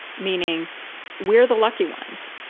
meaning we're the lucky ones,